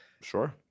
Sure